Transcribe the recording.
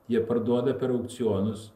jie parduoda per aukcionus